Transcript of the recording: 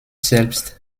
selbst